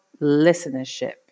listenership